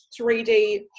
3D